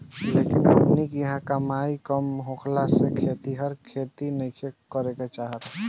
लेकिन हमनी किहाँ कमाई कम होखला से खेतिहर खेती नइखे कईल चाहत